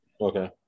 Okay